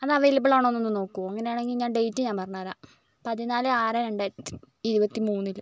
അത് അവൈലബിൾ ആണോ എന്നൊന്ന് നോക്കുവോ അങ്ങനെ ആണെങ്കിൽ ഞാൻ ഡേറ്റ് ഞാൻ പറഞ്ഞു തരാം പതിനാല് ആറ് രണ്ടായിരത്തി ഇരുപത്തി മൂന്നില്